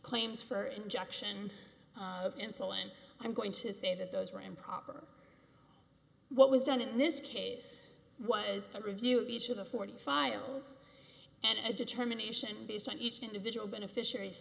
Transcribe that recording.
claims for injection of insulin i'm going to say that those were improper what was done in this case was a review of each of the forty five miles and a determination based on each individual beneficiar